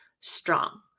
strong